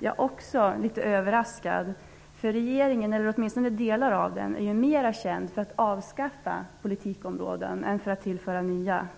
Jag är också litet överraskad, för regeringen -- eller åtminstone delar av den -- är ju mer känd för att avskaffa politikområden än för att tillföra nya.